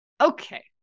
okay